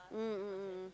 mm mm mm mm